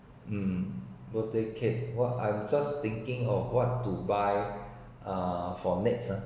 um birthday cake what I'm just thinking of what to buy uh for nick ah